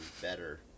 better